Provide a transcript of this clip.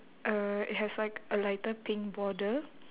uh it has like a lighter pink border